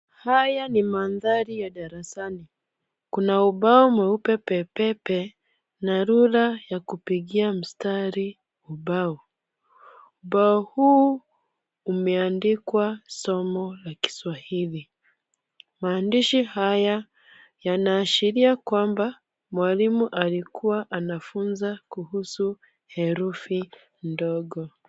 Haya ni mandhari ya darasani. Kuna ubao mweupe pepepe na rula ya kupigia mstari ubao. Ubao huu umeandikwa somo la Kiswahili. Maandishi haya yanaashiria kwamba mwalimu alikuwa anafunza kuhusu herufi ndogo.